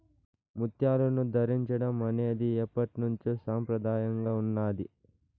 ముత్యాలను ధరించడం అనేది ఎప్పట్నుంచో సంప్రదాయంగా ఉన్నాది